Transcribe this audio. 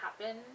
happen